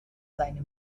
seine